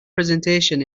presentation